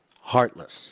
heartless